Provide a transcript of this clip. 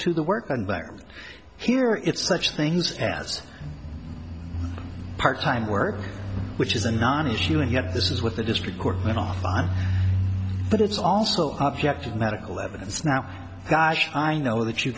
to the work environment here it's such things as part time work which is a non issue and yet this is what the district court went off on but it's also object of medical evidence now gosh i know that you